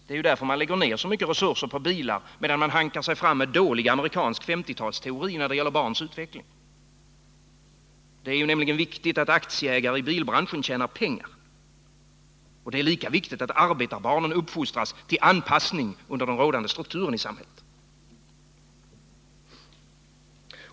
Det är därför man lägger ned så mycket resurser på bilar, medan man hankar sig fram med dålig amerikansk 1950-talsteori när det gäller barns utveckling. Det är nämligen viktigt att aktieägare i bilbranschen tjänar pengar. Och det är lika viktigt att arbetarbarnen uppfostras till anpassning under rådande strukturer i samhället.